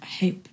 hope